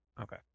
Okay